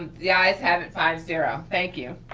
um yeah is have it five zero. thank you.